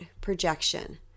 projection